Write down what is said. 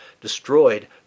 destroyed